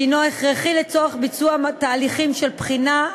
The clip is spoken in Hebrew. שהוא הכרחי לצורך ביצוע תהליכים של בחינה,